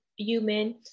human